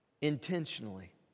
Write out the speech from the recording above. Intentionally